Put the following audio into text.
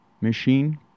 machine